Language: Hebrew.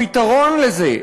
הפתרון לזה,